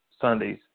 Sundays